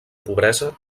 pobresa